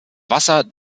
wasser